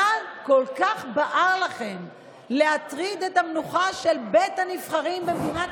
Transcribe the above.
מה כל כך בער לכם להטריד את המנוחה של בית הנבחרים במדינת